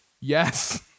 Yes